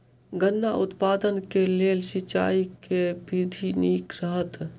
गन्ना उत्पादन केँ लेल सिंचाईक केँ विधि नीक रहत?